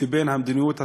ובין המדיניות התקציבית,